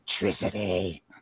electricity